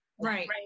Right